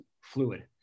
fluid